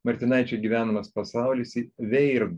martinaičio gyvenamas pasaulis į veird